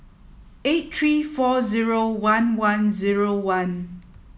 eight three four zero one one zero one